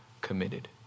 committed